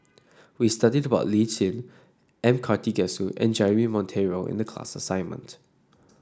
we studied about Lee Tjin M Karthigesu and Jeremy Monteiro in the class assignment